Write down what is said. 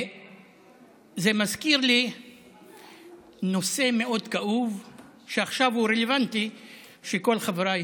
וזה מזכיר לי נושא מאוד כאוב שעכשיו הוא רלוונטי וכל חבריי